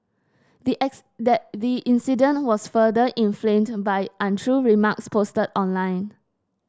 the the incident was further inflamed by untrue remarks posted online